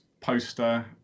poster